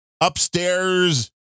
upstairs